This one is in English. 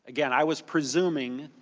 again, i was presuming